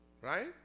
right